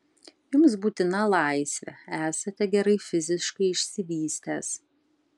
jums būtina laisvė esate gerai fiziškai išsivystęs